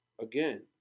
again